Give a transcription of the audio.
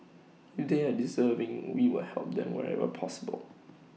if they have deserving we will help them wherever possible